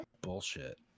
bullshit